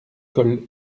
col